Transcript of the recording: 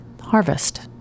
Harvest